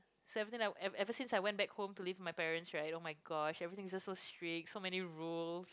so ever since ever ever since to went back home to leave my parents right oh-my-god everything is just so strict so many rules